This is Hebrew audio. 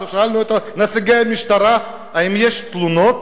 כששאלנו את נציגי המשטרה אם יש תלונות,